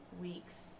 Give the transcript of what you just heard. week's